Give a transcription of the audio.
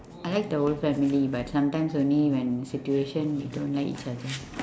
I like the whole family but sometimes only when situation we don't like each other